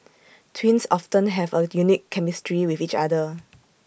twins often have A unique chemistry with each other